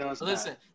Listen